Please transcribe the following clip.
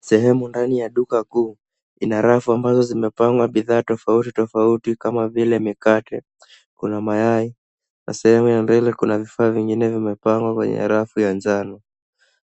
Sehemu ndani ya duka kuu. Ina rafu ambazo zimepangwa bidhaa tofauti tofauti kama vile mikate, kuna mayai na sehemu ya mbele kuna vifaa vingine vimepangwa kwenye rafu ya njano.